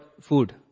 food